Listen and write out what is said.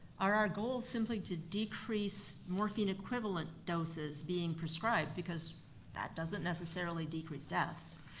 are our goals simply to decrease morphine-equivalent doses being prescribed, because that doesn't necessarily decrease deaths.